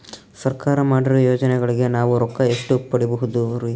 ಸರ್ಕಾರ ಮಾಡಿರೋ ಯೋಜನೆಗಳಿಗೆ ನಾವು ರೊಕ್ಕ ಎಷ್ಟು ಪಡೀಬಹುದುರಿ?